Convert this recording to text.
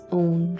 own